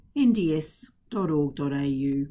nds.org.au